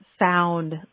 found